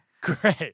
Great